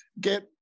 get